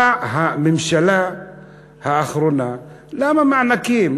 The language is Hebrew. באה הממשלה האחרונה: למה מענקים?